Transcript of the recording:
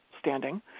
standing